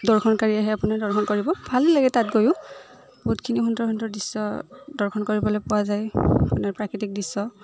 দৰ্শনকাৰী আহে আপোনাৰ দৰ্শনকাৰীবোৰ ভালেই লাগে তাত গৈ বহুতখিনি সুন্দৰ সুন্দৰ দৃশ্য দৰ্শন কৰিবলৈ পোৱা যায় আপোনাৰ প্ৰাকৃতিক দৃশ্য